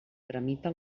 tramita